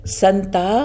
Santa